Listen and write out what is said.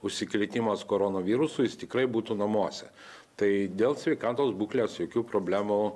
užsikrėtimas koronavirusu jis tikrai būtų namuose tai dėl sveikatos būklės jokių problemų